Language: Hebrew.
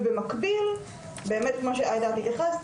ובמקביל באמת מה שאת התייחסת,